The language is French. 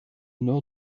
nord